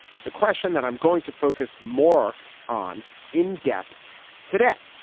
it's a question that i'm going to focus more on in-depth today.